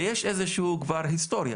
ויש איזו שהיא כבר היסטוריה.